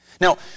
Now